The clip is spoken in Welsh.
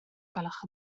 gwelwch